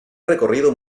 recorrido